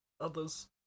others